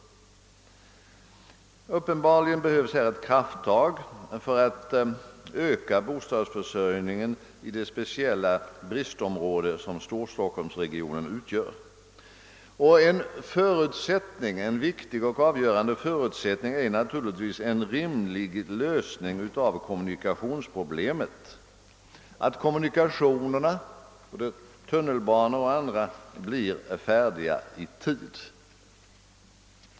Uppenbarligen behövs det krafttag för att öka bostadsförsörjningen i det speciella bristområde som Storstockholmsregionen utgör. En viktig och avgörande förutsättning är naturligtvis en rimlig lösning av kommunikationsproblemet, d. v. s. att kommunikationerna — tunnelbanor och andra — blir färdiga i tid.